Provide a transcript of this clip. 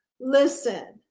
Listen